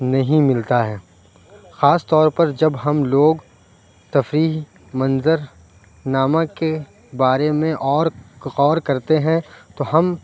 نہیں ملتا ہے خاص طور پر جب ہم لوگ تفریح منظرنامہ کے بارے میں اور غور کرتے ہیں تو ہم